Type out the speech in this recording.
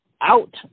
out